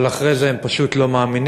אבל אחרי זה הם פשוט לא מאמינים,